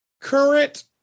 current